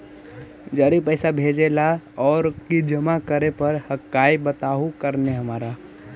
जड़ी पैसा भेजे ला और की जमा करे पर हक्काई बताहु करने हमारा?